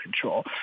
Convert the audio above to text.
control